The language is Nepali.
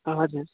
हजुर